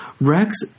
Rex